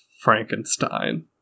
Frankenstein